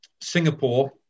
Singapore